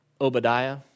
Obadiah